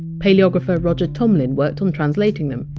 paleographer roger tomlin worked on translating them,